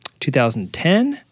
2010